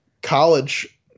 college